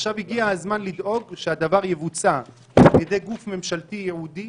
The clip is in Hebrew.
עכשיו הגיע הזמן לדאוג שהדבר יבוצע על ידי גוף ממשלתי ייעודי